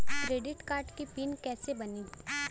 Credit card के pin कैसे बनी?